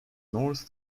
north